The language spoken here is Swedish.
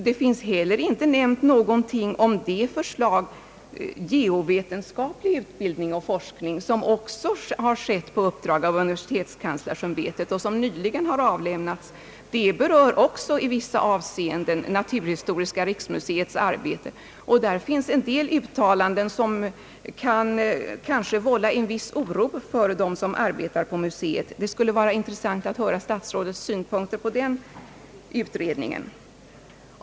Det nämns heller ingenting om det förslag om geovetenskaplig utbildning och forskning, som också har utarbetats på uppdrag av universitetskanslersämbetet och som nyligen avlämnats. Det berör också i vissa avseenden naturhistoriska riksmuseets arbete, och där finns en del uttalanden som kanske kan vålla viss oro för dem som arbetar på museet. Det skulle vara intressant att få höra statsrådets synpunkter på den utredningen.